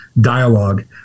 dialogue